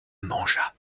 mangea